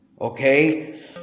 Okay